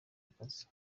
akazi